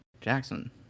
Jackson